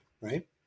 Right